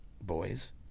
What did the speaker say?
boys